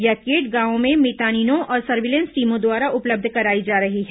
यह किट गांवों में मितानिनों और सर्विलेंस टीमों द्वारा उपलब्ध कराई जा रही है